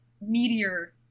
meteor